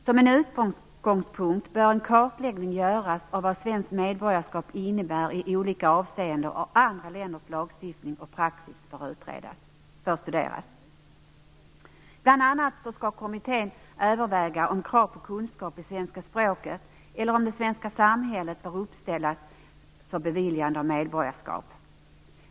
Som en utgångspunkt bör en kartläggning göras av vad svenskt medborgarskap innebär i olika avseenden. Andra länders lagstiftning och praxis bör studeras. Kommittén skall bl.a. överväga huruvida krav på kunskaper i det svenska språket eller om det svenska samhället bör uppställas för beviljande av medborgarskap.